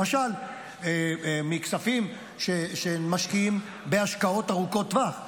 למשל מכספים שמשקיעים בהשקעות ארוכות טווח.